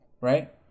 Right